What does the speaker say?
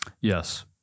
Yes